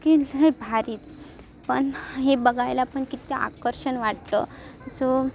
की हे भारीच पण हे बघांयला पण किती आकर्षण वाटतं सो